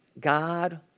God